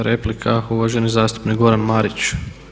Replika uvaženi zastupnik Goran Marić.